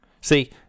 See